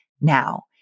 now